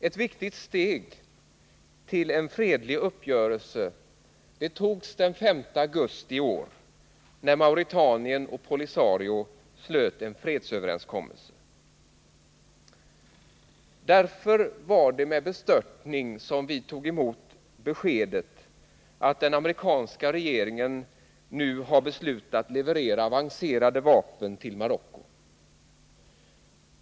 Ett viktigt steg till en fredlig uppgörelse togs den 5 augusti i år när Mauretanien och POLISARIO slöt en fredsöverenskommelse. Därför var det med bestörtning som vi tog emot beskedet att den amerikanska regeringen nu har beslutat att leverera avancerade vapen till Marocko.